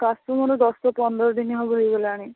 କାଶ ମୋର ଦଶ ପନ୍ଦର ଦିନ ହେବ ହେଇଗଲାଣି